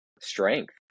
strength